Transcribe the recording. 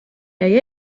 jäi